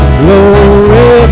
glory